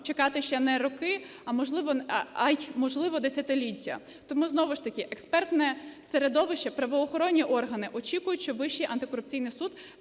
чекати ще не роки, а можливо й десятиліття. Тому що знову ж таки експертне середовище, правоохоронні органи очікують, що Вищий антикорупційний суд